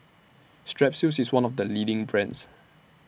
Strepsils IS one of The leading brands